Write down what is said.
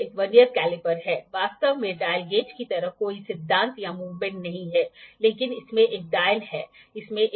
instrument की सतह वस्तु की सतह के पेरालल होनी चाहिए पाॅइंट संख्या 1 और प्रोट्रेकटर की संदर्भ रेखा एंगल की संदर्भ रेखा से पूरी तरह मेल खाना चाहिए ठीक है